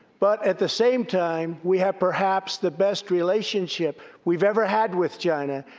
but, at the same time, we have perhaps the best relationship we've ever had with china,